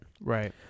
Right